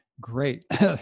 Great